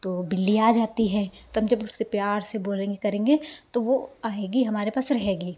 तो बिल्ली आ जाती है तब जब उससे प्यार से बोलेंगे करेंगे तो वो आएगी हमारे पास रहेगी